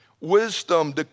Wisdom